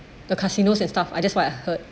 the casinos and stuff that's what I heard